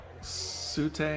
Sute